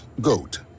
GOAT